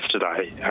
yesterday